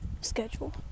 schedule